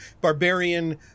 barbarian